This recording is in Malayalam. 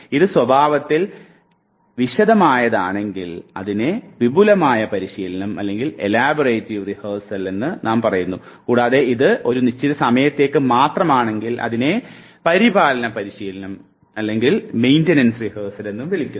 ഇത് സ്വഭാവത്തിൽ വിശദമായതാണെങ്കിൽ അതിനെ വിപുലമായ പരിശീലനമെന്ന് നാം പറയുന്നു കൂടാതെ ഇത് ഒരു നിശ്ചിത സമയത്തേക്ക് മാത്രമാണെങ്കിൽ അതിനെ പരിപാലന പരിശീലനം എന്ന് വിളിക്കുന്നു